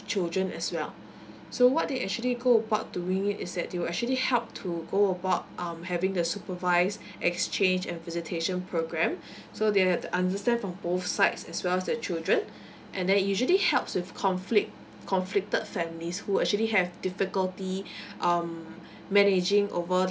children as well so what they actually go about doing it is that they will actually help to go about um having the supervised exchange and visitation programme so they have to understand from both sides as well as the children and that usually helps with conflict conflicted families who actually have difficulty um managing over